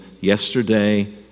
yesterday